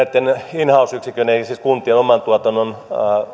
in house yksiköiden eli siis kuntien oman tuotannon